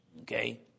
Okay